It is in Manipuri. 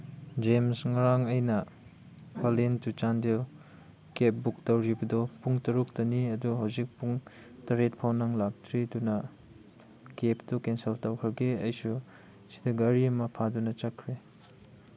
ꯖꯦꯝꯁ ꯉꯔꯥꯡ ꯑꯩꯅ ꯄꯂꯦꯟ ꯇꯨ ꯆꯥꯟꯗꯦꯜ ꯀꯦꯞ ꯕꯨꯛ ꯇꯧꯔꯤꯕꯗꯨ ꯄꯨꯡ ꯇꯔꯨꯛꯇꯅꯤ ꯑꯗꯨ ꯍꯧꯖꯤꯛ ꯄꯨꯡ ꯇꯔꯦꯠ ꯐꯥꯎ ꯅꯪ ꯂꯥꯛꯇ꯭ꯔꯤ ꯑꯗꯨꯅ ꯀꯦꯞꯇꯨ ꯀꯦꯟꯁꯦꯜ ꯇꯧꯈ꯭ꯔꯒꯦ ꯑꯩꯁꯨ ꯁꯤꯗ ꯒꯥꯔꯤ ꯑꯃ ꯐꯥꯗꯨꯅ ꯆꯠꯈ꯭ꯔꯦ